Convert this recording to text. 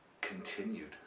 continued